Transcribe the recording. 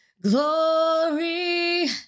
Glory